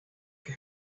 que